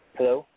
Hello